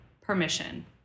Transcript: permission